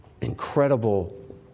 incredible